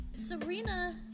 Serena